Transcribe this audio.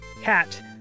Cat